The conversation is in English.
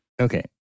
Okay